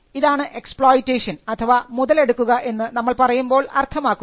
ഇതാണ് എക്സ്പ്ളോയിറ്റേഷൻ അഥവാ മുതലെടുക്കുക എന്ന് നമ്മൾ പറയുമ്പോൾ അർത്ഥമാക്കുന്നത്